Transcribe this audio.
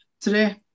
today